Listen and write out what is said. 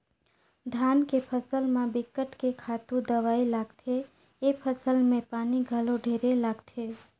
धान के फसल म बिकट के खातू दवई लागथे, ए फसल में पानी घलो ढेरे लागथे